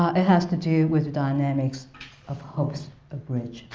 ah it has to do with the dynamics of hopes abridged.